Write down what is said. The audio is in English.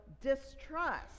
distrust